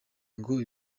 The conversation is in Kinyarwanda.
ngo